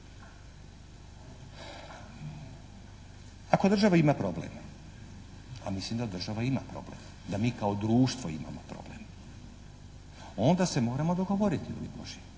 Ako država ima problem, a mislim da država ima problem, da mi kao društvo imamo problem onda se moramo dogovoriti ljudi